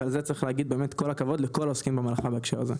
ועל זה צריך להגיד באמת כל הכבוד לכל העוסקים במלאכה בהקשר הזה.